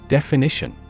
Definition